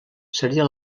seria